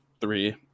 three